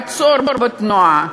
עצור בתנועה.